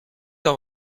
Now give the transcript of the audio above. dans